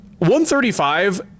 135